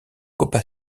copa